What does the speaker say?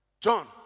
John